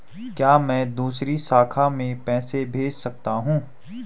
क्या मैं दूसरी शाखा में पैसे भेज सकता हूँ?